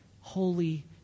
holy